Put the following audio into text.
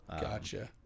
Gotcha